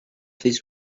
this